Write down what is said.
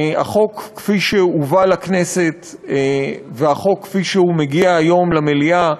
החוק כפי שהובא לכנסת והחוק כפי שהוא מגיע היום למליאה,